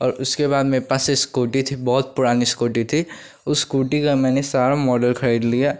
और उसके बाद मेरे पास इस्कूटी थी बहुत पुरानी इस्कूटी थी उस इस्कूटी का मैंने सारे मॉडल ख़रीद लिया